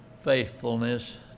faithfulness